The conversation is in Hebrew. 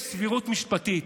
יש סבירות משפטית,